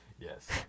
yes